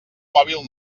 mòbil